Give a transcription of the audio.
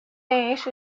يعيش